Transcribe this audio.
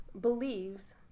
Believes